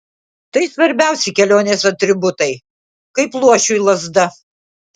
tai svarbiausi kelionės atributai kaip luošiui lazda